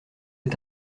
est